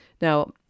Now